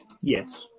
Yes